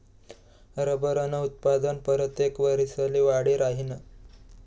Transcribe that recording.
रबरनं उत्पादन परतेक वरिसले वाढी राहीनं